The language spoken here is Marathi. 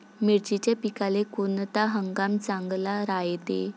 मिर्चीच्या पिकाले कोनता हंगाम चांगला रायते?